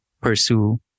pursue